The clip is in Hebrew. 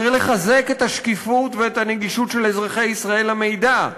צריך לחזק את השקיפות ואת הנגישות של אזרחי ישראל למידע,